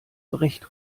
brecht